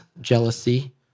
jealousy